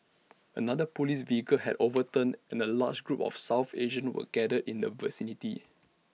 another Police vehicle had overturned and A large group of south Asians were gathered in the vicinity